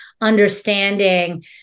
understanding